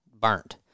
burnt